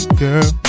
girl